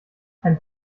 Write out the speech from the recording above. kein